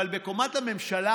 אבל בקומת הממשלה,